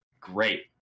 great